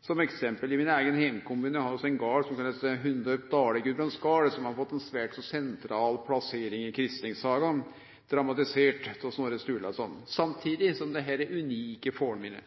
Som eksempel: I min eigen heimkommune har vi ein gard, i Hundorp, Dale-Gudbrands gard, som har fått ein svært så sentral plassering i kristningssagaen, dramatisert av Snorre Sturlason, samstundes som det her er unike fornminne.